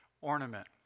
ornament